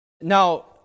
Now